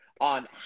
on